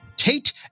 Tate